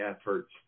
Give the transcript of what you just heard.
efforts